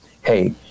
hey